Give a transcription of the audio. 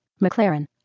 McLaren